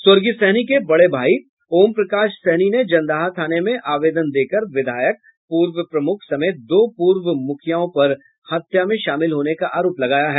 स्वर्गीय सहनी के बड़े भाई ओम प्रकाश सहनी ने जंदाहा थाने में आवेदन देकर विधायक पूर्व प्रमुख समेत दो पूर्व मुखियाओं पर हत्या में शामिल होने का आरोप लगाया है